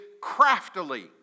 craftily